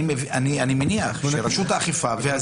יבוא לרשות האכיפה והגבייה,